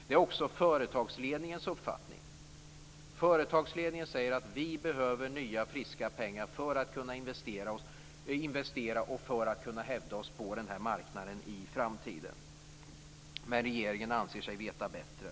Det är också företagsledningens uppfattning. Företagsledningen säger att man behöver nya friska pengar för att kunna investera och för att kunna hävda sig på marknaden i framtiden. Men regeringen anser sig veta bättre.